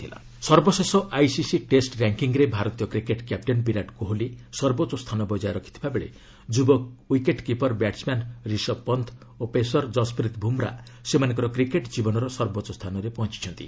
ICC cricket ranking ସର୍ବଶେଷ ICC test ର୍ୟାଙ୍କିଙ୍ଗ୍ରେ ଭାରତୀୟ କ୍ରିକେଟ୍ କ୍ୟାପ୍ଟେନ୍ ବିରାଟ କୋହଲି ସର୍ବୋଚ୍ଚ ସ୍ଥାନ ବଜାୟ ରଖିଥିବା ବେଳେ ଯୁବ wicket keeper batsman Rishabh Pant ଓ ପେସର ଜସପ୍ରିତ୍ ବୁମ୍ରା ସେମାନଙ୍କର କ୍ରିକେଟ୍ ଜୀବନର ସର୍ବୋଚ୍ଚ ସ୍ଥାନରେ ପହଞ୍ଚିଛନ୍ତି